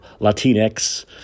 Latinx